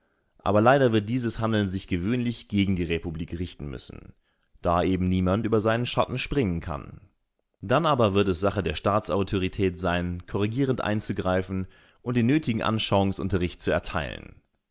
aber leider wird dieses handeln sich gewöhnlich gegen die republik richten müssen da eben niemand über seinen schatten springen kann dann aber wird es sache der staatsautorität sein korrigierend einzugreifen und den nötigen anschauungsunterricht zu erteilen